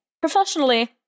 professionally